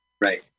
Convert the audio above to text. Right